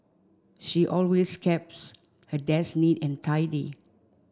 she always keeps her desk neat and tidy